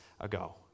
ago